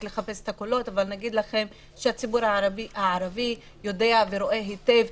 לחפש את הקולות אבל נגיד לכם שהציבור הערבי יודע ורואה היטב.